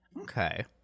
okay